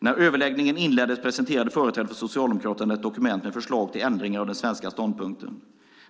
När överläggningen inleddes presenterade företrädare för Socialdemokraterna ett dokument med förslag till ändringar av den svenska ståndpunkten.